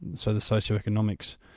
so the socioeconomics,